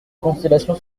constellations